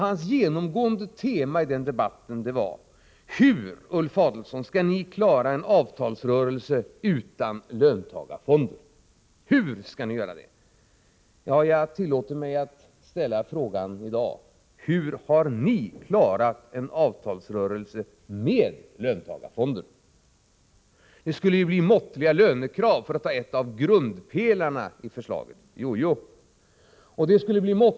Hans genomgående tema i den debatten var: Hur, Ulf Adelsohn, skall ni klara en avtalsrörelse utan löntagarfonder? Jag tillåter mig att i dag ställa motfrågan: Hur har ni klarat en avtalsrörelse med löntagarfonder? Det skulle ju bli måttliga lönekrav, för att nu peka på en av grundpelarna i förslaget.